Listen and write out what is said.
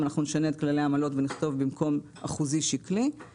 אם אנחנו נשנה את כללי העמלות ונכתוב במקום אחוזי שקלי,